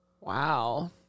Wow